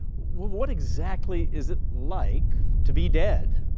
what exactly is it like to be dead?